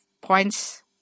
points